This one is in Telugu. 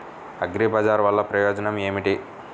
అగ్రిబజార్ వల్లన ప్రయోజనం ఏమిటీ?